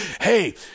hey